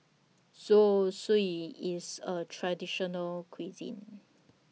Zosui IS A Traditional Cuisine